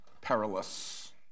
perilous